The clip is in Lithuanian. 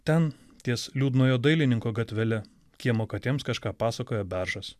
ten ties liūdnojo dailininko gatvele kiemo katėms kažką pasakoja beržas